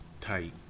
tight